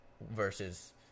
Versus